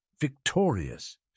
victorious